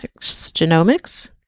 Genomics